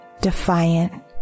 defiant